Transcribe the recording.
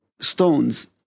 stones